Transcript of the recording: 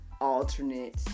alternate